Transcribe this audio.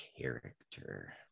character